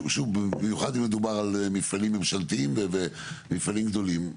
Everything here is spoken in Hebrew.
במיוחד אם מדובר על מפעלים ממשלתיים ומפעלים גדולים.